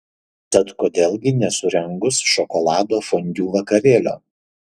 tad kodėl gi nesurengus šokolado fondiu vakarėlio